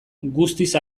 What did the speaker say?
guztiz